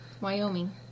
Wyoming